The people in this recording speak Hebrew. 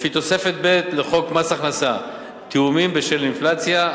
לפי תוספת ב' לחוק מס הכנסה (תיאומים בשל אינפלציה),